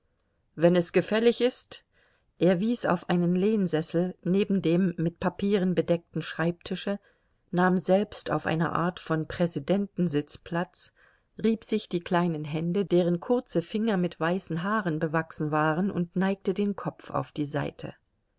wenn es gefällig ist er wies auf einen lehnsessel neben dem mit papieren bedeckten schreibtische nahm selbst auf einer art von präsidentensitz platz rieb sich die kleinen hände deren kurze finger mit weißen haaren bewachsen waren und neigte den kopf auf die seite